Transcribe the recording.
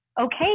Okay